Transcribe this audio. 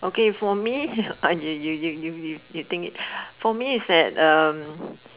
okay for me you you you you think it for me is that